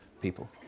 people